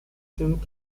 sind